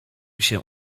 się